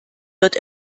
wird